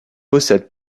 possède